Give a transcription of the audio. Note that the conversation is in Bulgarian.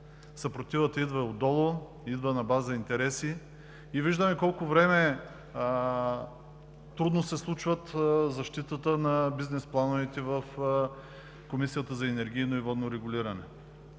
Съпротивата идва отдолу, идва на база интереси и виждаме колко време трудно се случват защитата на бизнес плановете в Комисията за енергийно и водно регулиране,